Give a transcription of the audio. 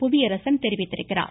புவியரசன் தெரிவித்துள்ளார்